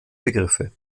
begriffe